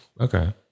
Okay